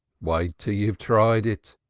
wait till you've tried it.